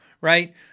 right